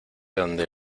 donde